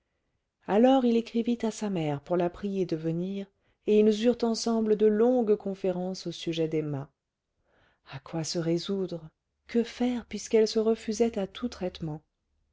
alors il écrivit à sa mère pour la prier de venir et ils eurent ensemble de longues conférences au sujet d'emma à quoi se résoudre que faire puisqu'elle se refusait à tout traitement